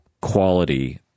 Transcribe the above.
quality